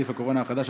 נגיף הקורונה החדש),